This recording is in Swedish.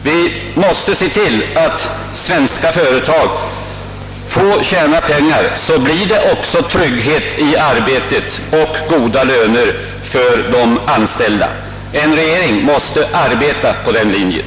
Vi måste se till att svenska företag får tjäna pengar, så blir det också trygghet i arbetet och goda löner för de anställda. En regering måste arbeta efter den linjen.